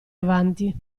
avanti